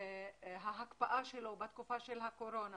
ההקפאה שלו בתקופה של הקורונה